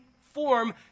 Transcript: form